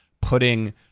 putting